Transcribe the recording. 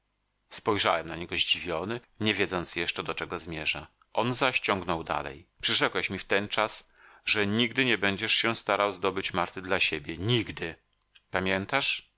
spojrzałem na niego zdziwiony nie wiedząc jeszcze do czego zmierza on zaś ciągnął dalej przyrzekłeś mi wtenczas że nigdy nie będziesz się starał zdobyć marty dla siebie nigdy pamiętasz